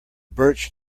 birch